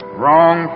wrong